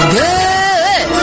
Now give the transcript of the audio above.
good